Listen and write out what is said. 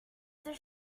does